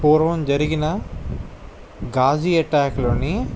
పూర్వం జరిగిన ఘాజీ ఎటాక్లోని